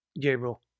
Gabriel